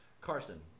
Carson